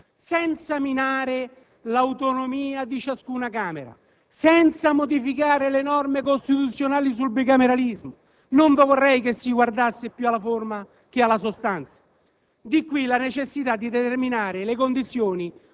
Più difficile è l'unificazione del Servizio bilancio, senza minare l'autonomia di ciascuna Camera, senza modificare le norme costituzionali sul bicameralismo. Non vorrei che si guardasse più alla forma che alla sostanza.